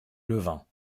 levain